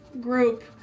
group